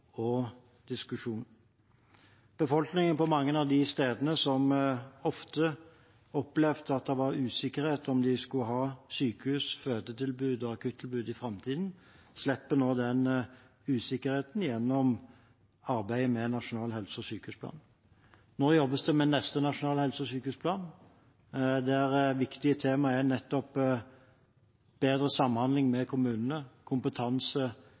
og diskusjon. Befolkningen på mange av de stedene som ofte opplevde at det var usikkerhet om hvorvidt de skulle ha sykehus, fødetilbud og akuttilbud i framtiden, slipper nå den usikkerheten, gjennom arbeidet med Nasjonal helse- og sykehusplan. Nå jobbes det med den neste nasjonale helse- og sykehusplanen, der viktige temaer er bedre samhandling med kommunene, kompetanse